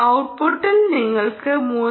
ഔട്ട്പുട്ടിൽ നിങ്ങൾക്ക് 3